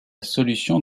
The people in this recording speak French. solution